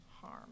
harm